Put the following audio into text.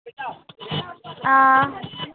हां